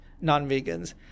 non-vegans